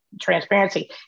transparency